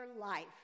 life